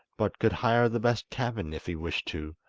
but could hire the best cabin if he wished to,